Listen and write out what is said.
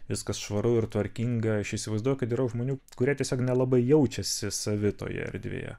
viskas švaru ir tvarkinga aš įsivaizduoju kad yra žmonių kurie tiesiog nelabai jaučiasi savi toje erdvėje